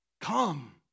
Come